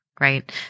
Right